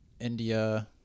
India